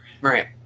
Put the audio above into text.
Right